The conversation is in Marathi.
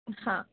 हां